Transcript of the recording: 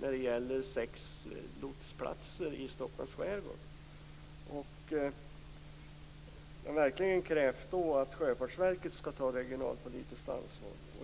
när det gäller sex lotsplatser i Stockholms skärgård. Han har verkligen krävt att Sjöfartsverket skall ta regionalpolitiskt ansvar.